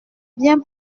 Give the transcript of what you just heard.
bien